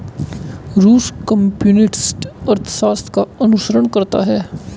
रूस कम्युनिस्ट अर्थशास्त्र का अनुसरण करता है